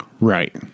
Right